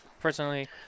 Personally